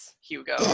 Hugo